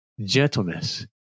gentleness